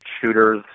shooters